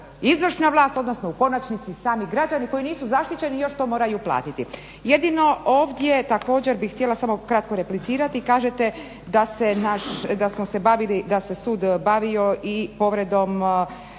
izvršna vlast odnosno u konačnici sami građani koji nisu zaštićeni i još to moraju platiti. Jedino ovdje također bih htjela samo kratko replicirati, kažete da se smo se bavili, da